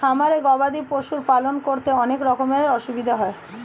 খামারে গবাদি পশুর পালন করতে অনেক রকমের অসুবিধা হয়